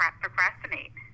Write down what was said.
procrastinate